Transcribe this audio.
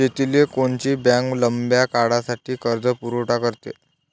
शेतीले कोनची बँक लंब्या काळासाठी कर्जपुरवठा करते?